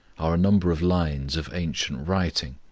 are a number of lines of ancient writing.